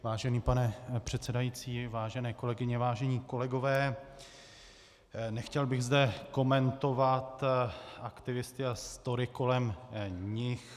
Vážený pane předsedající, vážené kolegyně, vážení kolegové, nechtěl bych zde komentovat aktivisty a story kolem nich.